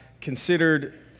considered